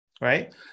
right